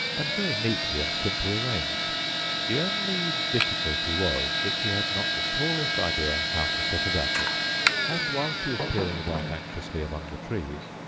and very neatly and simply arranged the only difficulty was, that she had not the smallest idea how to set about it and while she was peering about anxiously among the trees,